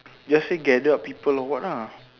just say gather up people or what lah